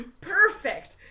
perfect